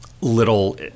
little